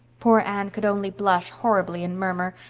poor anne could only blush horribly and murmur,